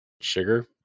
Sugar